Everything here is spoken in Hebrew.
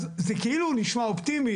אז זה כאילו נשמע אופטימי,